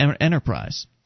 enterprise